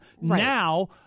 now